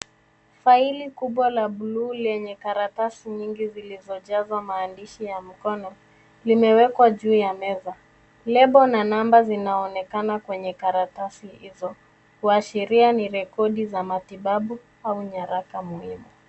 Faili kubwa la bluu lenye karatasi nyingi zilizo jazwa maandishi ya mkono limewekwa juu ya meza. Lable na number zina onekana kwenye karatasi hizo kuashiria ni rekodi za matibabu au nyaraka muhimu.